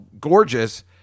gorgeous